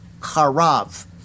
harav